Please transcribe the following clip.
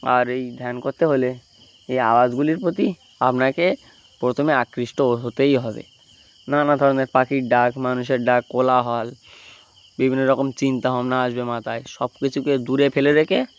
আর এই ধ্যান করতে হলে এই আওয়াজগুলির প্রতি আপনাকে প্রথমে আকৃষ্ট হতেই হবে নানা ধরনের পাখির ডাক মানুষের ডাক কোলাহল বিভিন্ন রকম চিন্তাভাবনা আসবে মাথায় সব কিছুকে দূরে ফেলে রেখে